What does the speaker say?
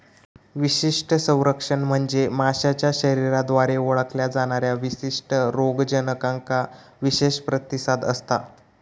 विशिष्ट संरक्षण म्हणजे माशाच्या शरीराद्वारे ओळखल्या जाणाऱ्या विशिष्ट रोगजनकांका विशेष प्रतिसाद असता